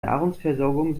nahrungsversorgung